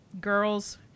girls